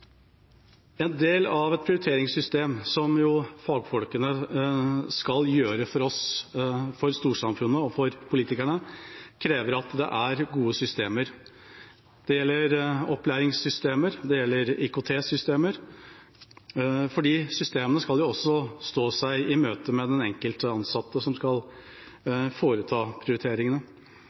En del av de prioriteringene – som jo fagfolkene skal gjøre for oss, for storsamfunnet og for politikerne – krever at det er gode systemer. Det gjelder opplæringssystemer, og det gjelder IKT-systemer, for systemene skal jo også stå seg i møte med den enkelte ansatte som skal foreta prioriteringene.